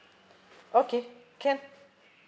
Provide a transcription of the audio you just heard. okay can